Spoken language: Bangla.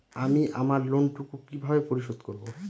আমি আমার লোন টুকু কিভাবে পরিশোধ করব?